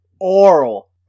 Oral